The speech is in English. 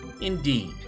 Indeed